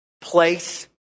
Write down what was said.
Place